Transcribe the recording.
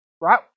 right